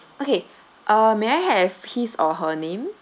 okay uh may have his or her name